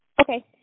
Okay